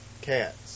cats